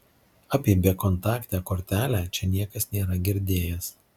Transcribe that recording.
apie bekontaktę kortelę čia niekas nėra girdėjęs